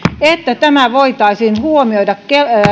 että tämä voitaisiin huomioida